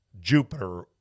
Jupiter